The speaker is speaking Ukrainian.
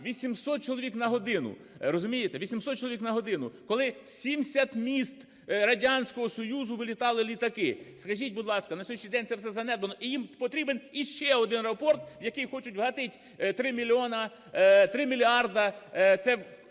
800 чоловік на годину. Розумієте? 800 чоловік на годину. Коли в 70 міст Радянського Союзу вилітали літаки. Скажіть, будь ласка, на сьогоднішній день це все занедбано, і їм потрібен ще один аеропорт, в який хочуть вгатить 3 мільйони… 3 мільярда. Це тільки